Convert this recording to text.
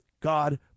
God